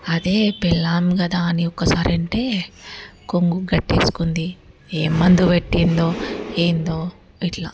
అదే పెళ్ళాం కదా అని ఒకసారి అంటే కొంగు కట్టేసుకుంది ఏ మందు పెట్టిందో ఏందో ఇట్ల